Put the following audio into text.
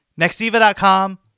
nextiva.com